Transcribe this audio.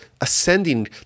ascending